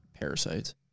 parasites